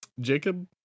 Jacob